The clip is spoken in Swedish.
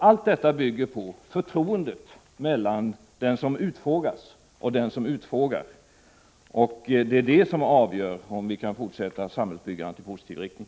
Allt detta bygger på förtroendet mellan den som utfrågas och den som utfrågar. Det är detta som avgör om vi kan fortsätta samhällsbyggandet i positiv riktning.